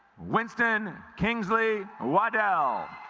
winston kingsley waddell